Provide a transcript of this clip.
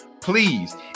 please